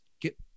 get